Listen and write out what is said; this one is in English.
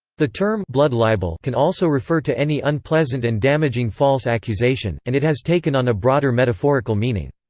the term blood libel can also refer to any unpleasant and damaging false accusation, and it has taken on a broader metaphorical meaning.